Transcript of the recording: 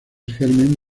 germen